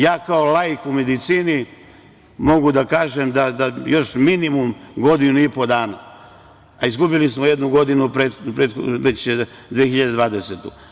Ja kao laik u medicini mogu da kažem još minimum godinu i po dana, a već smo izgubili jednu godinu 2020.